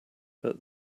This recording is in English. but